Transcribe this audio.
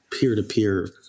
peer-to-peer